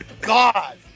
God